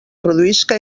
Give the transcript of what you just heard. produïsca